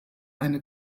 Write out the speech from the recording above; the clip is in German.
eine